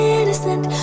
innocent